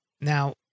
Now